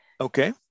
Okay